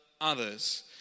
others